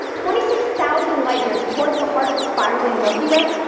twenty six thousand light-years toward the heart of the spiraling milky way,